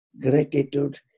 gratitude